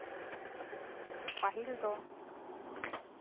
ᱯᱟᱦᱤᱞ ᱫᱚ